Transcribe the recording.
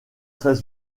très